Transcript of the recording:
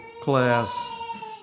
class